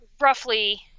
roughly